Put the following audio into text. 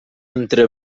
entre